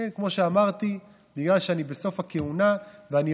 כמו שאמרתי, בגלל שאני בסוף הכהונה, מה קורה